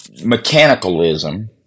mechanicalism